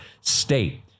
State